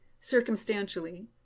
circumstantially